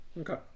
Okay